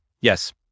Yes